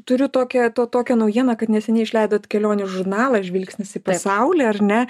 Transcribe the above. turiu tokią to tokią naujieną kad neseniai išleidot kelionių žurnalą žvilgsnis į pasaulį ar ne